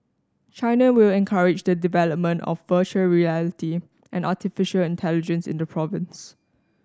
China will encourage the development of virtual reality and artificial intelligence in the province